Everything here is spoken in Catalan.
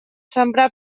sembrar